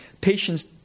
patients